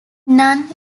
none